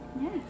Yes